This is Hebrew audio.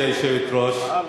גברתי היושבת-ראש,